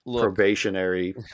probationary